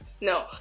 No